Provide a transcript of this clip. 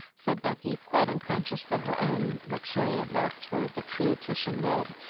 said becky, quite unconscious that her own luxuriant locks were of the true titian red,